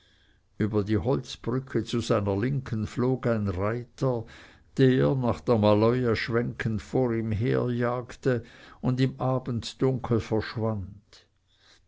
über die holzbrücke zu seiner linken flog ein reiter der nach der maloja schwenkend vor ihm herjagte und im abenddunkel verschwand